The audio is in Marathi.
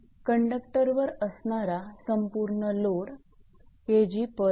कंडक्टरवर असणारा संपूर्ण लोड 𝐾𝑔𝑚 e